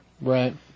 Right